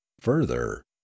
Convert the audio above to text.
further